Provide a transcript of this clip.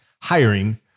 Hiring